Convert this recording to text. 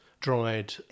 dried